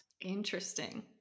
Interesting